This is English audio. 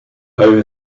over